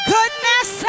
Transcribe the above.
Goodness